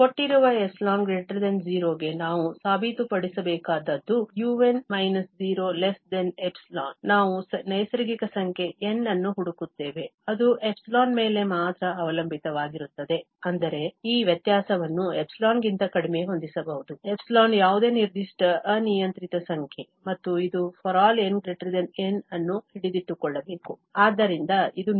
ಆದ್ದರಿಂದ ಕೊಟ್ಟಿರುವ ϵ 0 ಗೆ ನಾವು ಸಾಬೀತುಪಡಿಸಬೇಕಾದದ್ದು |un 0| ϵ ನಾವು ನೈಸರ್ಗಿಕ ಸಂಖ್ಯೆ N ಅನ್ನು ಹುಡುಕುತ್ತೇವೆ ಅದು ϵ ಮೇಲೆ ಮಾತ್ರ ಅವಲಂಬಿತವಾಗಿರುತ್ತದೆ ಅಂದರೆ ಈ ವ್ಯತ್ಯಾಸವನ್ನು ϵ ಗಿಂತ ಕಡಿಮೆ ಹೊಂದಿಸಬಹುದು ϵ ಯಾವುದೇ ನಿರ್ದಿಷ್ಟ ಅನಿಯಂತ್ರಿತ ಸಂಖ್ಯೆ ಮತ್ತು ಇದು ∀ n N ಅನ್ನು ಹಿಡಿದಿಟ್ಟುಕೊಳ್ಳಬೇಕು